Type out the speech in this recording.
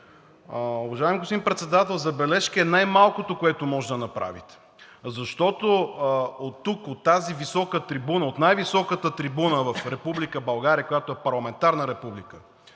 Уважаеми господин Председател, „забележка“ е най-малкото, което може да направите, защото оттук, от тази висока трибуна, от най-високата трибуна в Република България, която е парламентарна република,